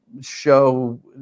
show